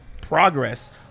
progress